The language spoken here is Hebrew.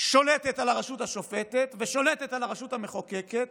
שולטת על הרשות השופטת ושולטת על הרשות המחוקקת,